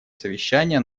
совещания